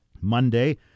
Monday